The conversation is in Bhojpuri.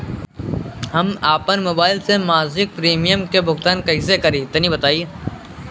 हम आपन मोबाइल से मासिक प्रीमियम के भुगतान कइसे करि तनि बताई?